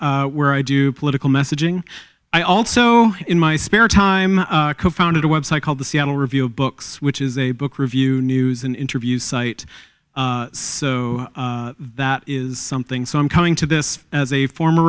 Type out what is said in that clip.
where i do political messaging i also in my spare time co founded a website called the seattle review of books which is a book review news and interview site so that is something so i'm coming to this as a former